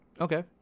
Okay